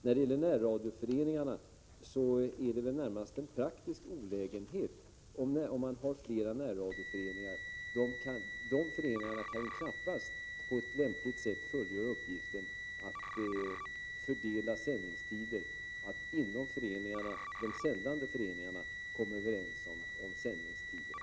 När det gäller närradioföreningarna är det väl närmast en praktisk olägenhet om man har flera närradioföreningar. De föreningarna kan ju knappast på ett lämpligt sätt fullgöra uppgiften att med de sändande föreningarna komma överens om fördelningen av sändningstider.